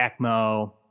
ECMO